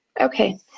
Okay